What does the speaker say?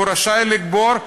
הוא רשאי לקבור,